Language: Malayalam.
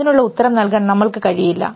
അതിനുള്ള ഉത്തരം നൽകാൻ നമ്മൾക്ക് കഴിയില്ല